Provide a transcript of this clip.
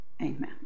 amen